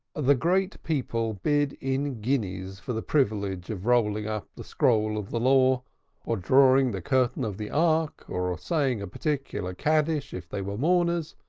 the great people bade in guineas for the privilege of rolling up the scroll of the law or drawing the curtain of the ark, or saying a particular kaddish if they were mourners,